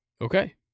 Okay